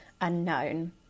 unknown